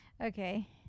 Okay